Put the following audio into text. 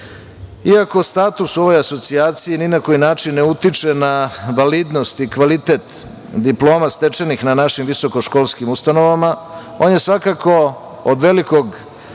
status ove asocijacije ni na koji način ne utiče na validnost i kvalitet diploma stečenih na našim visokoškolskim ustanovama, on je svakako od velikog